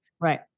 Right